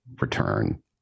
return